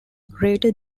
greater